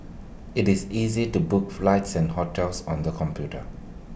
IT is easy to book flights and hotels on the computer